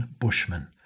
Bushmen